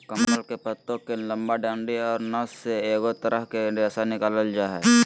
कमल के पत्तो के लंबा डंडि औरो नस से एगो तरह के रेशा निकालल जा हइ